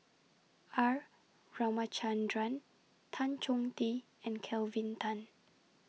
R Ramachandran Tan Chong Tee and Kelvin Tan